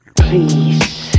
Please